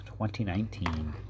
2019